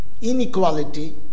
inequality